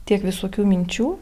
tiek visokių minčių